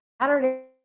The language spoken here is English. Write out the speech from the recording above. Saturday